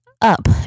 up